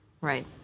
Right